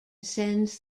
sends